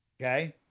Okay